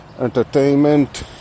entertainment